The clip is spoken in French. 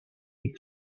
est